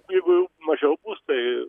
jeigu mažiau bus tai